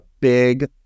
big